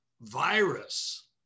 virus